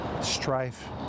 strife